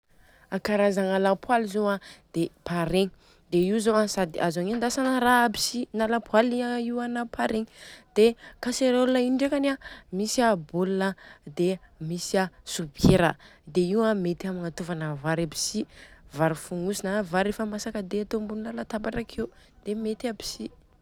Karazagna lapoaly zô a dia paregna, dia io zô an sady azo agnendasana raha aby si, na lapoaly io a na paregna. Dia kaserôl io ndrekany an dia miy bôl a dia misy a sopiera dia io a mety agnatovana vary aby si, vary fognosina na vary ef masaka dia atô ambony latabatra akeo, dia mety aby si.